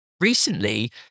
Recently